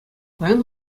паян